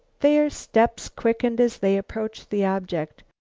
their steps quickened as they approached the object.